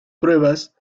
pruebas